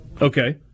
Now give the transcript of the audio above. Okay